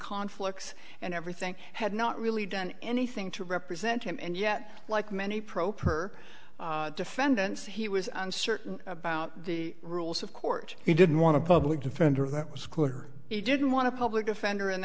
conflicts and everything had not really done anything to represent him and yet like many pro per defendants he was uncertain about the rules of court he didn't want to public defender that was clear he didn't want to public defender and